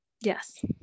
Yes